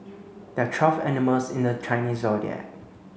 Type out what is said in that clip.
there are twelve animals in the Chinese Zodiac